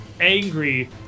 angry